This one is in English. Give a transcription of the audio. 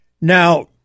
Now